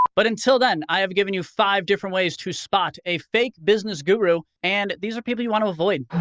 but until then, i have given you five different ways to spot a fake business guru, and these are people you want to avoid.